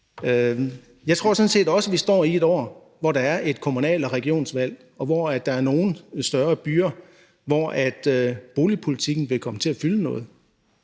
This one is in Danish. Jeg tror sådan set også, at vi står i et år, hvor der er et kommunal- og regionsvalg og der er nogle større byer, hvor boligpolitikken vil komme til at fylde noget.